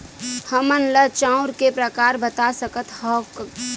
हमन ला चांउर के प्रकार बता सकत हव?